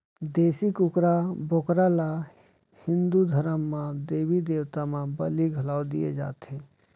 देसी कुकरा, बोकरा ल हिंदू धरम म देबी देवता म बली घलौ दिये जाथे